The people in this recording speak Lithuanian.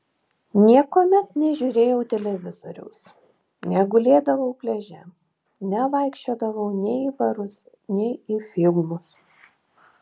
niekuomet nežiūrėjau televizoriaus negulėdavau pliaže nevaikščiodavau nei į barus nei į filmus